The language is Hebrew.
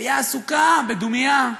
והמליאה עסוקה בדומייה.